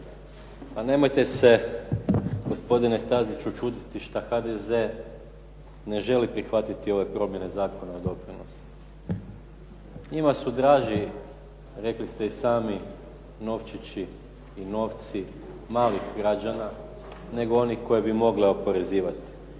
Pa nemojte se, gospodine Staziću, čuditi što HDZ ne želi prihvatiti ove promjene Zakona o doprinosima. Njima su draži, rekli ste i sami, novčići i novci malih građana, nego oni koje bi mogli oporezivati.